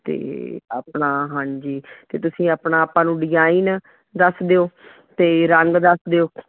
ਅਤੇ ਆਪਣਾ ਹਾਂਜੀ ਅਤੇ ਤੁਸੀਂ ਆਪਣਾ ਆਪਾਂ ਨੂੰ ਡਿਜਾਈਨ ਦੱਸ ਦਿਓ ਅਤੇ ਰੰਗ ਦੱਸ ਦਿਓ